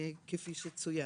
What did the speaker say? כפי שצוין.